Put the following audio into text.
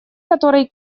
которой